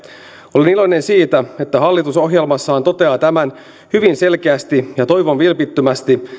olen iloinen siitä että hallitus ohjelmassaan toteaa tämän hyvin selkeästi ja toivon vilpittömästi